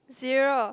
zero